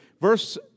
Verse